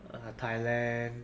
uh thailand